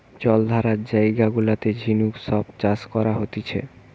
জলাধার জায়গা গুলাতে ঝিনুক সব চাষ করা হতিছে